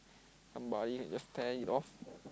somebody just tear it off